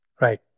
Right